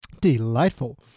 Delightful